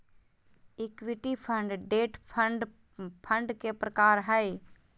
equity fund, debt fund fund के प्रकार हय